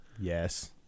Yes